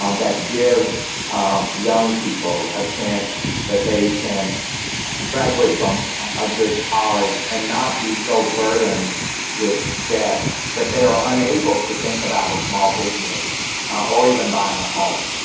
um that gives young people a chance that they can graduate from a good college, and not be so burdened with debt that they are unable to think about a small business or even buying a home.